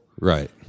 right